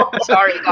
Sorry